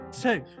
two